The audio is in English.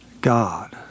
God